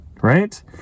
right